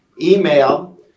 email